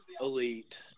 elite